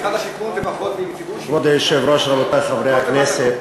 כבוד היושב-ראש, רבותי חברי הכנסת,